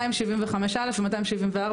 סעיף 275 א' ו- 274,